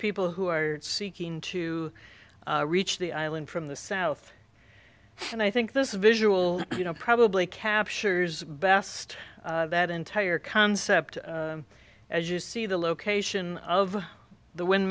people who are seeking to reach the island from the south and i think this visual you know probably captures best that entire concept as you see the location of the